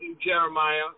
Jeremiah